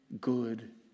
good